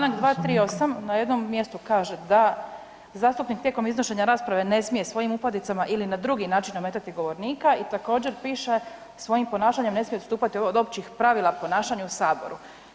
Članak 238. na jednom kaže da zastupnik tijekom iznošenja rasprave ne smije svojim upadicama ili na drugi način ometati govornika i također piše svojim ponašanjem ne smije postupati od općih pravila ponašanja u saboru.